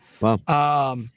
Wow